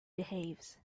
behaves